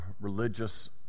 religious